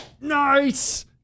nice